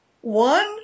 One